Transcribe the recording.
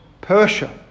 Persia